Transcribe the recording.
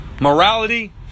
morality